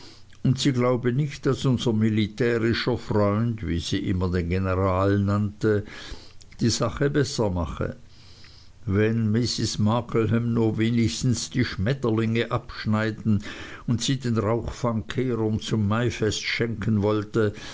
und sie glaube nicht daß unser militärischer freund wie sie immer den general nannte die sache besser mache wenn mrs markleham nur wenigstens die schmetterlinge abschneiden und sie den rauchfangkehrern zum maifest schenken wollte